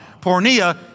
Pornea